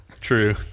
True